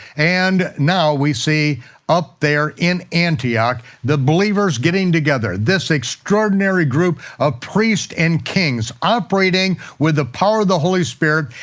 and now we see up there in antioch the believers getting together. this extraordinary group of priests and kings operating with the power of the holy spirit,